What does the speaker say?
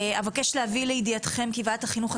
אבקש להביא לידיעתכם כי ועדת החינוך,